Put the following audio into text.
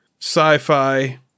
sci-fi